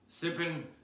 sipping